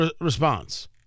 response